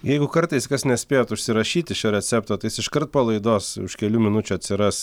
jeigu kartais kas nespėjot užsirašyti šio recepto tai jis iškart po laidos už kelių minučių atsiras